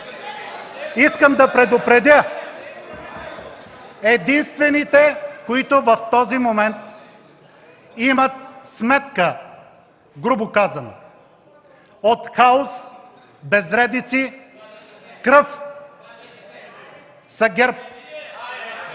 Искам да предупредя, че единствените, които в този момент имат сметка, грубо казано, от хаос, безредици, кръв…